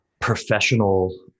professional